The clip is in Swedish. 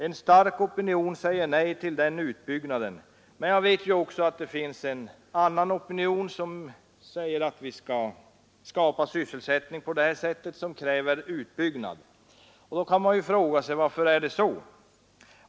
En stark opinion säger nej till den utbyggnaden, men jag vet också att det finns en annan opinion som säger att man skall skapa sysselsättning på det här sättet och kräver utbyggnad. Varför är det så?